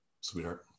Sweetheart